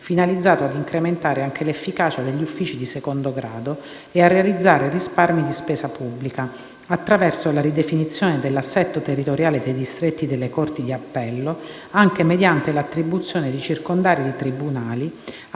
finalizzato ad incrementare anche l'efficacia degli uffici di secondo grado e a realizzare risparmi di spesa pubblica, attraverso la ridefinizione dell'assetto territoriale dei distretti delle corti di appello, anche mediante l'attribuzione di circondari di tribunali